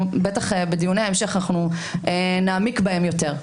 בדיוני ההמשך נעמיק בהם יותר.